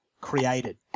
created